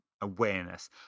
awareness